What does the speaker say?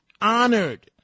honored